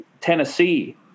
Tennessee